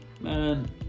man